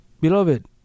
Beloved